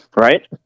right